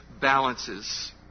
balances